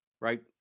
right